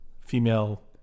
female